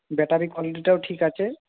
battery কোয়ালিটিটাও ঠিক আছে